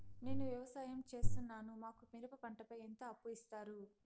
నేను వ్యవసాయం సేస్తున్నాను, మాకు మిరప పంటపై ఎంత అప్పు ఇస్తారు